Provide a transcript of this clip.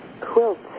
Quilts